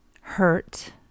hurt